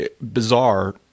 bizarre